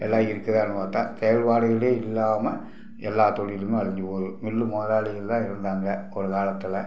எல்லாம் இருக்குதான்னு பார்த்தா செயல்பாடுகளே இல்லாமல் எல்லா தொழிலுமே அழிஞ்சி போது மில் முதலாளிகள் தான் இருந்தாங்க ஒரு காலத்தில்